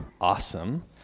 awesome